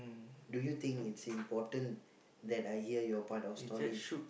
do you think it's important that I hear your part of story